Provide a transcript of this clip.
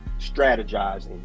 strategizing